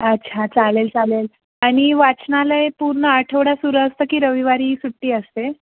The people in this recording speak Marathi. अच्छा चालेल चालेल आणि वाचनालय पूर्ण आठवडा सुरू असतं की रविवारी सुट्टी असते